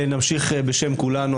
נמשיך בשם כולנו,